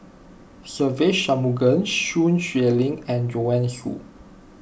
Se Ve Shanmugam Sun Xueling and Joanne Soo